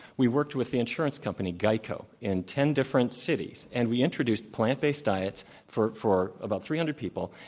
we worked with the insurance company geico in ten different cities. and we introduced plant-based diets for for about three hundred people,